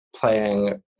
playing